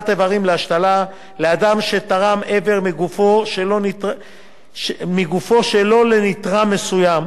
איברים להשתלה לאדם שתרם איבר מגופו שלא לנתרם מסוים,